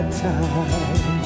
time